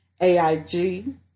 AIG